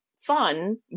fun